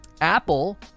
Apple